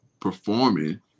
performing